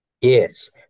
Yes